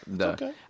okay